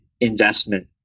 investment